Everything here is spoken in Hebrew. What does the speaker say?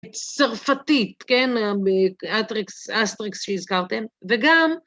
צרפתית, כן, אסטריקס שהזכרתם, וגם